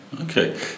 Okay